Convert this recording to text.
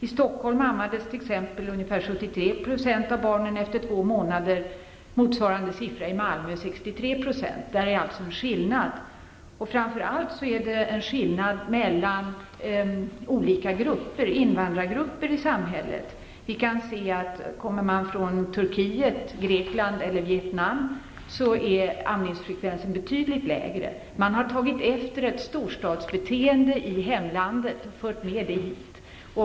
I Stockholm t.ex. ammades ungefär 73 % av barnen efter två månader. Motsvarande siffra för Malmö var 63 %. Här finns alltså en skillnad. Men framför allt finns det en skillnad mellan olika grupper -- t.ex. mellan olika invandrargrupper -- i samhället. Bland dem som kommer från Turkiet, Grekland och Vietnam är siffrorna när det gäller amningsfrekvensen betydligt lägre. Man har tagit efter ett storstadsbeteende i sitt hemland och tagit med sig detta hit.